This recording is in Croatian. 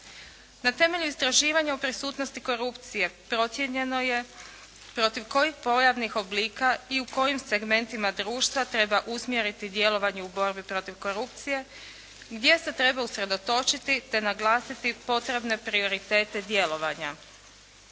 Na temelju istraživanja o prisutnosti korupcije procijenjeno je protiv kojih pojavnih oblika i u kojim segmentima društva treba usmjeriti djelovanje u borbi protiv korupcije, gdje se treba usredotočiti te naglasiti potrebne prioritete djelovanja.